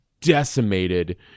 decimated